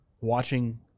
watching